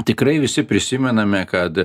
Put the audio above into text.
tikrai visi prisimename kad